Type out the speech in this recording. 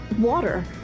Water